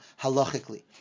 halachically